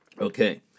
okay